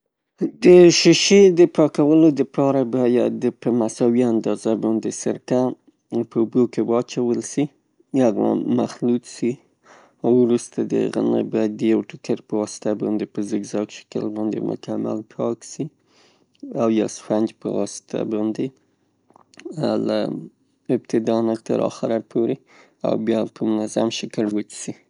د شیشئ د پاکولو د پاره به یا د په مساوي اندازه باندې سرکه په اوبو کې واجول سي او یا به مخلوط سي او وروسته دهغه نه باید یو ټوکر په واسطه باندې په زګ زاګ شکل باندې په مکمل شکل پاک سي او سفنچ په واسطه باندې ، له ابتدا نه تر اخره پورې او بیا په منظمه شکل وچ سي.